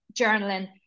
journaling